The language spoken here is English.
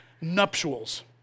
nuptials